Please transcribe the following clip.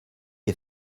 est